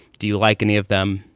do you like any of them?